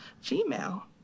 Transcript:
female